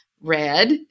red